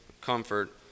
comfort